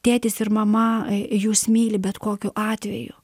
tėtis ir mama jus myli bet kokiu atveju